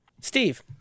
Steve